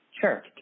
Sure